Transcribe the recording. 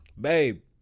babe